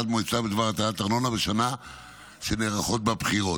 מועצה בדבר הטלת ארנונה בשנה שנערכות בה בחירות.